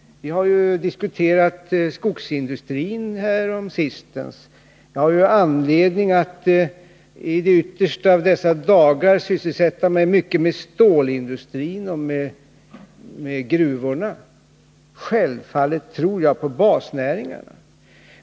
Vi diskuterade ju skogsindustrin häromsistens. Jag har anledning att i de yttersta av dessa 25 dagar sysselsätta mig mycket med stålindustrin och med gruvorna, så självfallet tror jag på basnäringarna.